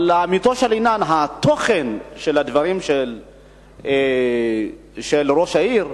אבל לאמיתו של עניין, תוכן הדברים של ראש העיר,